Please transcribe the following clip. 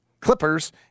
Clippers